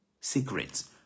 secrets